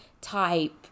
type